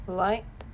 light